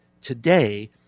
today